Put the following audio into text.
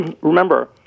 remember